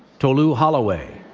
tolu holloway.